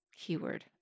keyword